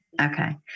okay